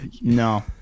No